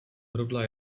rudla